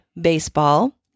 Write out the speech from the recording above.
baseball